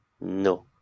No